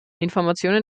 informationen